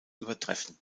übertreffen